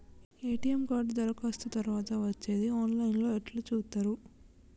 ATM card దరఖాస్తు తరువాత వచ్చేది ఆన్ లైన్ లో ఎట్ల చూత్తరు?